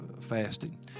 fasting